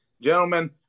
gentlemen